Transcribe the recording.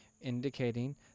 Indicating